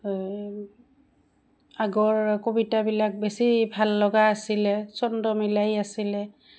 আগৰ কবিতাবিলাক বেছি ভাল লগা আছিলে চন্দ্ৰ মিলাইী আছিলে